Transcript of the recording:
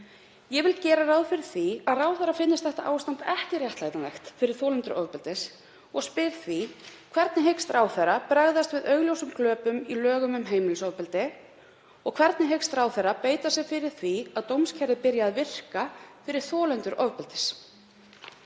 Ég vil gera ráð fyrir því að ráðherra finnist þetta ástand ekki réttlætanlegt fyrir þolendur ofbeldis og spyr því: Hvernig hyggst ráðherra bregðast við augljósum gloppum í lögum um heimilisofbeldi og hvernig hyggst ráðherra beita sér fyrir því að dómskerfið byrji að virka fyrir þolendur ofbeldis?